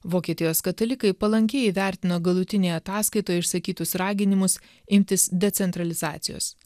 vokietijos katalikai palankiai įvertino galutinėje ataskaitoje išsakytus raginimus imtis decentralizacijos